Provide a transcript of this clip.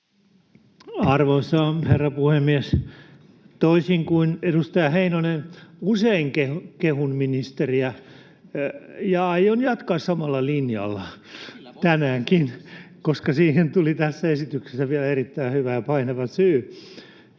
Arvoisa herra puhemies! Toisin kuin edustaja Heinonen, usein kehun ministeriä, ja aion jatkaa samalla linjalla tänäänkin, koska siihen tuli tässä esityksessä vielä erittäin hyvä ja painava syy.